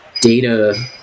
data